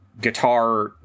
guitar